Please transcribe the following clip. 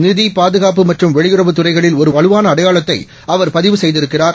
நிதி பாதுகாப்புமற்றும்வெளியுறவுதுறைகளில்ஒருவலுவானஅடை யாளத்தைஅவர்பதிவுசெய்திருக்கிறார்